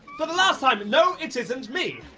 for the last time, no it isn't me!